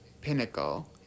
pinnacle